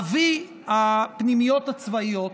אבי הפנימיות הצבאיות